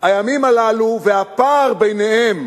הימים הללו והפער ביניהם